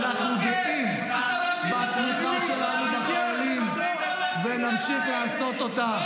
אני יכול לומר לך שאנחנו גאים בתמיכה שלנו בחיילים ונמשיך לעשות אותה.